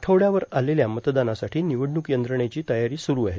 आठवड्यावर आलेल्या मतदानासाठी र्मिवडणूक यंत्रणेची तयारी सुरु आहे